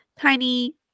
tiny